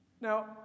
Now